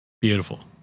beautiful